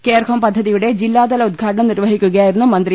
care home പദ്ധതിയുടെ ജില്ലാ തല ഉദ്ഘാടനം നിർവഹിക്കുകയായിരുന്നു മന്ത്രി